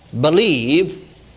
Believe